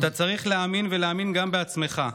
אתה צריך להאמין ולהאמין גם בעצמך.